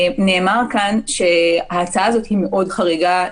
נאמר כאן שההצעה הזאת היא מאוד חריגה,